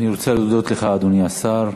אני רוצה להודות לך, אדוני השר.